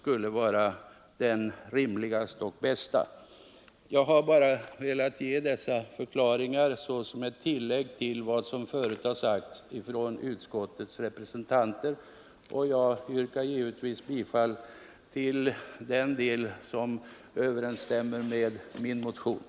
Jag har velat säga detta som en komplettering till vad som förut framhållits av ledamöter i utskottet. Jag yrkar bifall till de delar i utskottets betänkande som överensstämmer med min motion.